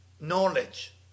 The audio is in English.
Knowledge